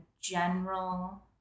general